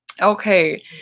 Okay